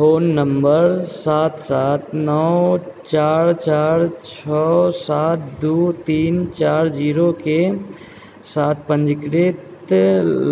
phone number सात सात नओ चार चार छओ सात दू तीन चार जीरो के साथ पञ्जीकृत